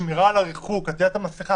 השמירה על הריחוק ועטיית המסכה.